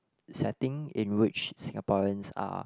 setting in which Singaporeans are